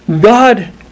God